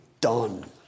done